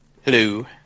Hello